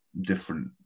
different